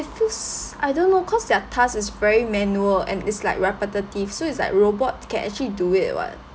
it feels I don't know cause their task is very manual and it's like repetitive so it's like robot can actually do it [what]